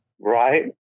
Right